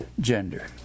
gender